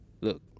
Look